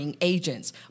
agents